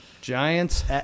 Giants